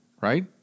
right